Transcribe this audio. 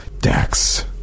Dax